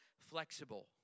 flexible